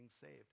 saved